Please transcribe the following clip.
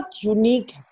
unique